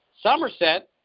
Somerset